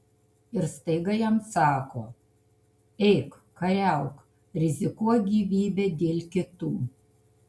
ir staiga jam sako eik kariauk rizikuok gyvybe dėl kitų